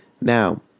Now